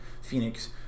Phoenix